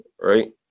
right